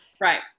right